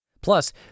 Plus